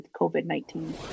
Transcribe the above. COVID-19